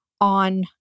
on